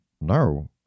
no